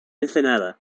ensenada